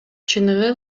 чыныгы